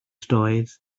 doedd